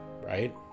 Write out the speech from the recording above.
right